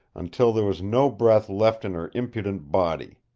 until there was no breath left in her impudent body.